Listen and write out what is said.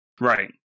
Right